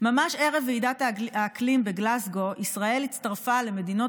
ממש ערב ועידת האקלים בגלזגו ישראל הצטרפה למדינות